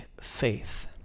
faith